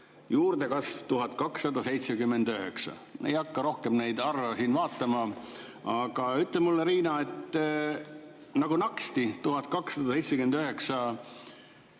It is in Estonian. Juurdekasv oli 1279. Ei hakka rohkem neid arve siin vaatama. Aga ütle mulle, Riina, et nagu naksti tuli